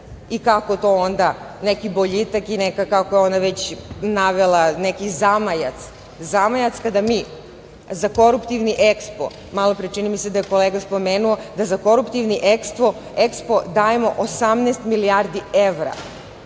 i kako to onda neki boljitak i neki, kako je ona već navela, zamajac kada mi za koruptivni EKSPO, malopre čini mi se da je kolega spomenuo da za koruptivni EKSPO dajemo 18 milijardi evra,